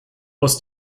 aus